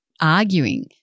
arguing